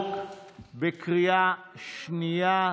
זה לא ממין העניין.